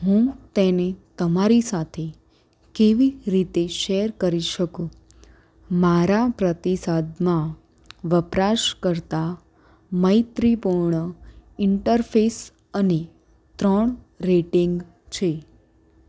હું તેને તમારી સાથે કેવી રીતે શેર કરી શકું મારા પ્રતિસાદમાં વપરાશકર્તા મૈત્રીપૂર્ણ ઇન્ટરફેસ અને ત્રણ રેટિંગ છે